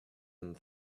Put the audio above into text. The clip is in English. and